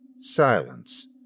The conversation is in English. Silence